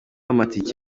amatike